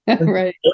Right